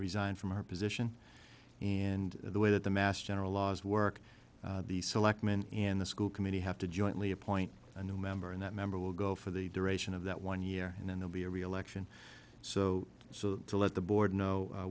resign from our position and the way that the mass general laws work the selectmen and the school committee have to jointly appoint a new member and that member will go for the duration of that one year and then they'll be a reelection so so to let the board kno